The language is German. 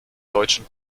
deutschen